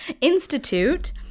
Institute